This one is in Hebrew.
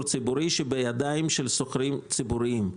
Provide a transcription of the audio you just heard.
ציבורי בידיים של שוכרים ציבוריים.